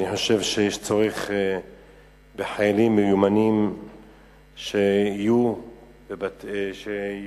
אני חושב שיש צורך בחיילים מיומנים שיהיו אחראים,